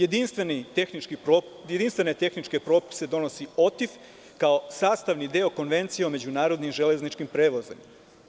Jedinstvene tehničke propise donosi OTIF kao sastavni deo Konvencije o međunarodnim železničkim prevozom.